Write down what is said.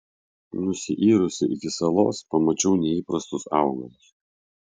nusiyrusi iki salos pamačiau neįprastus augalus